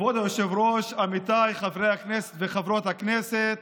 כבוד היושב-ראש, עמיתיי חברי הכנסת וחברות הכנסת,